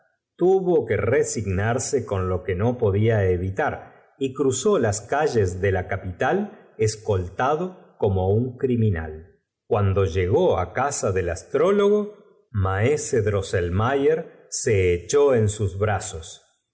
jt que resignarse con lo que no podía evitar que jamás hubiera sido afeitado y que no y cruzar las calles de la capital escoltado hubiese llevado nunca más que botas como un criminal cuando llegó á casa del astrólogo maese rosselmayer se echó en sus brazos